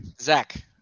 zach